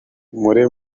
muri